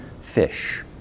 fish